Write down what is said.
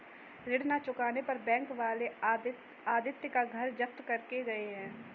ऋण ना चुकाने पर बैंक वाले आदित्य का घर जब्त करके गए हैं